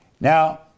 Now